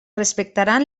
respectaran